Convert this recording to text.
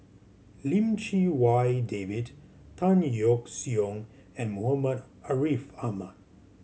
Lim Chee Wai David Tan Yeok Seong and Muhammad Ariff Ahmad